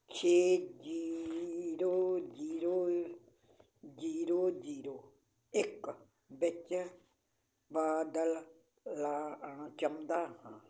ਛੇ zero zero zero zero ਇੱਕ ਵਿੱਚ ਬਦਲਣਾ ਚਾਹੁੰਦਾ ਹਾਂ